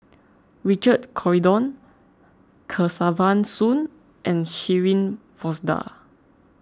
Richard Corridon Kesavan Soon and Shirin Fozdar